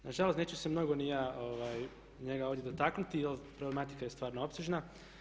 Nažalost neću se mnogo ni ja njega ovdje dotaknuti jer problematika je stvarno opsežna.